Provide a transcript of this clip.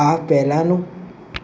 આ પહેલાંનું